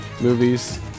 movies